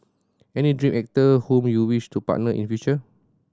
any dream actor whom you wish to partner in future